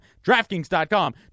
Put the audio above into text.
DraftKings.com